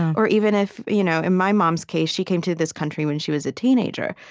or even if you know in my mom's case, she came to this country when she was a teenager.